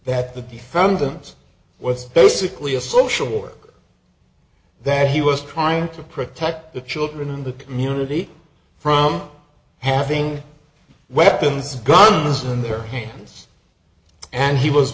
that the defendant was basically a social work that he was trying to protect the children in the community from having weapons guns in their hands and he was